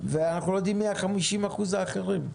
ואנחנו לא יודעים מי ה-50% האחרים.